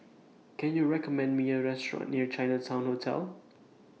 Can YOU recommend Me A Restaurant near Chinatown Hotel